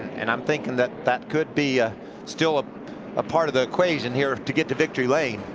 and i'm thinking that that could be ah still ah a part of the equation here to get to victory lane.